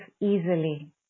easily